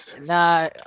no